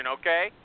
okay